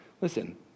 listen